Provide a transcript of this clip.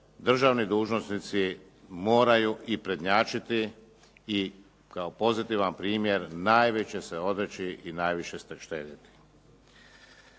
državni dužnosnici moraju i prednjačiti i kao pozitivan primjer najviše se odreći i najviše štedjeti.